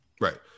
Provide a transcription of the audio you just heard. right